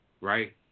Right